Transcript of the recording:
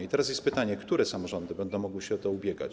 I teraz jest pytanie: Które samorządy będą mogły się o to ubiegać?